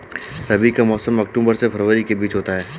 रबी का मौसम अक्टूबर से फरवरी के बीच होता है